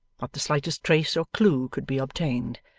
not the slightest trace or clue could be obtained.